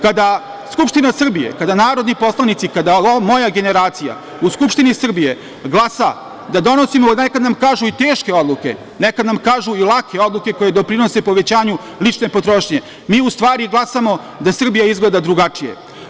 Kada Skupština Srbije, kada narodni poslanici, kada moja generacija u Skupštini Srbije glasa da donosimo, nekada nam kažu, teške odluke, nekada nam kažu i lake odluke koje doprinose povećanju lične potrošnje, mi u stvari glasamo da Srbija izgleda drugačije.